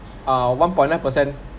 uh one point eight percent